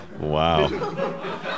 Wow